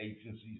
agencies